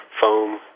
foam